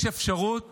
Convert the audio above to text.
יש אפשרות